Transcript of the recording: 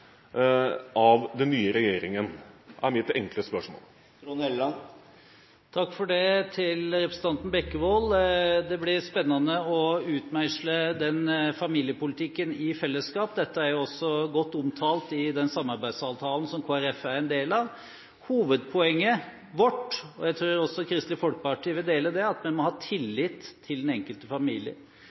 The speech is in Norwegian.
av den nye regjeringen? Takk for det til representanten Bekkevold. Det blir spennende å utmeisle denne familiepolitikken i fellesskap. Dette er også godt omtalt i den samarbeidsavtalen som Kristelig Folkeparti er en del av. Hovedpoenget vårt – og jeg tror også Kristelig Folkeparti vil dele det – er at vi må ha tillit til den enkelte familie.